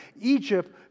Egypt